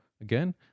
again